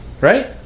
Right